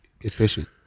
efficient